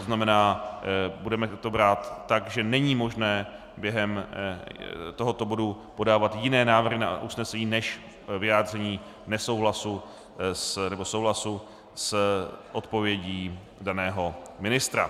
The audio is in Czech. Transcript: To znamená, budeme to brát tak, že není možné během tohoto bodu podávat jiné návrhy na usnesení než vyjádření nesouhlasu nebo souhlasu s odpovědí daného ministra.